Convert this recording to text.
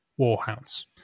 warhounds